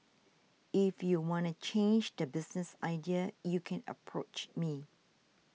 if you wanna change the business idea U can approach me